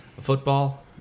football